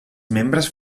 membres